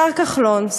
השר כחלון,